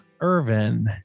Irvin